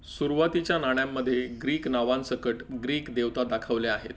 सुरवातीच्या नाण्यांमध्ये ग्रीक नावांसकट ग्रीक देवता दाखवल्या आहेत